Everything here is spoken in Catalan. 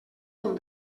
com